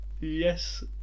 Yes